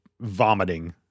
vomiting